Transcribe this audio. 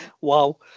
Wow